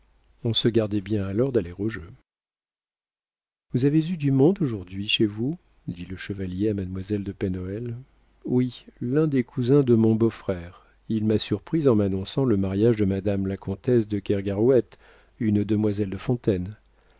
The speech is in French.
on se gardait bien alors d'aller au jeu vous avez eu du monde aujourd'hui chez vous dit le chevalier à mademoiselle de pen hoël oui l'un des cousins de mon beau-frère il m'a surprise en m'annonçant le mariage de madame la comtesse de kergarouët une demoiselle de fontaine